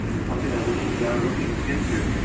it's something that we've begun looking into.